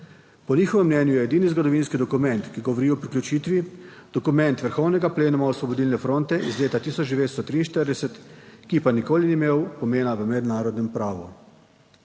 Po njihovem mnenju je edini zgodovinski dokument, ki govori o priključitvi, dokument vrhovnega plenuma Osvobodilne fronte iz leta 1943, ki pa nikoli ni imel pomena v mednarodnem pravu.